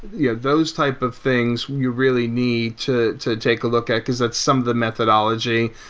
yeah those type of things you really need to to take a look at, because that's some of the methodology.